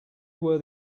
were